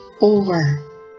over